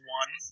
one